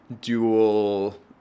dual